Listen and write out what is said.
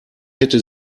hätte